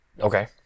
Okay